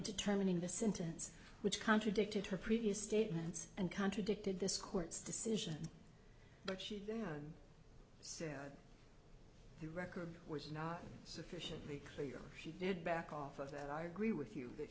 determining the sentence which contradicted her previous statements and contradicted this court's decision but she said the record was not sufficiently clear she did back off of that i agree with you that